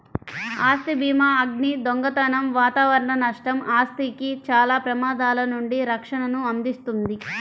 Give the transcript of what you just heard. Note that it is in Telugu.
ఆస్తి భీమాఅగ్ని, దొంగతనం వాతావరణ నష్టం, ఆస్తికి చాలా ప్రమాదాల నుండి రక్షణను అందిస్తుంది